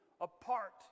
Apart